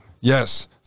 Yes